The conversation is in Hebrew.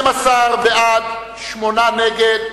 12 בעד, שמונה נגד,